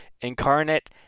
Incarnate